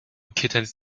kittens